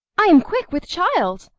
i am quick with child.